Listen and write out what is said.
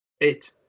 Eight